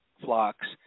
flocks